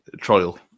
trial